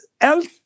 else